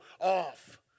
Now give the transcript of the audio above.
off